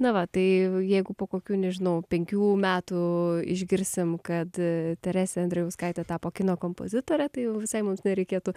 na va tai jeigu po kokių nežinau penkių metų išgirsim kad teresė andrijauskaitė tapo kino kompozitore tai jau visai mums nereikėtų